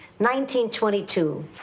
1922